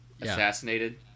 Assassinated